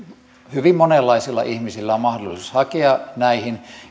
hyvin monenlaisilla ihmisillä on mahdollisuus hakea näihin